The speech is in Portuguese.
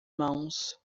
mãos